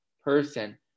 person